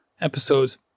episodes